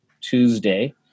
Tuesday